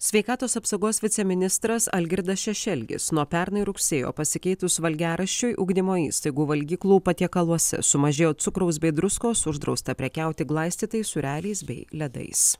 sveikatos apsaugos viceministras algirdas šešelgis nuo pernai rugsėjo pasikeitus valgiaraščiui ugdymo įstaigų valgyklų patiekaluose sumažėjo cukraus bei druskos uždrausta prekiauti glaistytais sūreliais bei ledais